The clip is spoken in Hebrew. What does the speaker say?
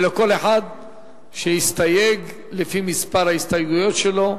אלא כל אחד שיסתייג לפי מספר ההסתייגויות שלו.